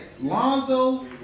Lonzo